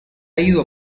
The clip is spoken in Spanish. ido